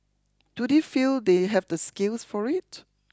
do they feel they have the skills for it